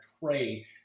pray